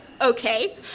Okay